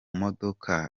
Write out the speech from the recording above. modoka